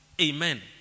Amen